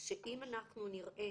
שאם אנחנו נראה